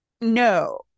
No